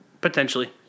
Potentially